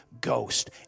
Ghost